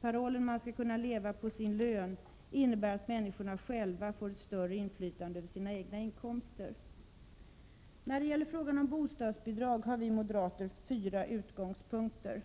Parollen ”man skall kunna leva på sin lön” innebär att människorna själva får ett större inflytande över sina egna inkomster. När det gäller frågan om bostadsbidrag har vi moderater fyra utgångspunkter.